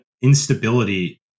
instability